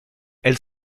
elle